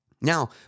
Now